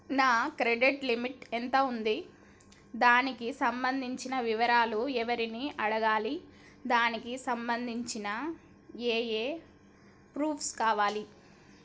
నా credit limit ఎంత ఉంది? దానికి సంబంధించిన వివరాలు ఎవరిని అడగాలి? దానికి సంబంధించిన ఏమేం ప్రూఫ్స్ కావాలి?